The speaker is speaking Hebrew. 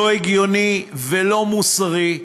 לא הגיוני ולא מוסרי,